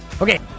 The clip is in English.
Okay